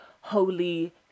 holy